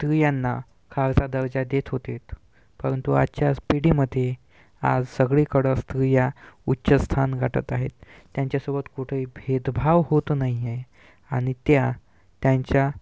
स्त्रियांना खालचा दर्जा देत होते परंतु आजच्या पिढीमध्ये आज सगळीकडं स्त्रिया उच्च स्थान गाठत आहेत त्यांच्यासोबत कुठेही भेदभाव होत नाही आहे आणि त्या त्यांच्या